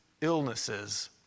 illnesses